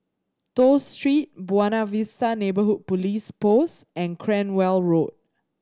Toh Street Buona Vista Neighbourhood Police Post and Cranwell Road